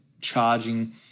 charging